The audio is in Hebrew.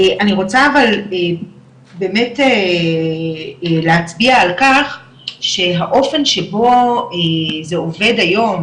אני רוצה אבל באמת להצביע על כך שהאופן שבו זה עובד היום,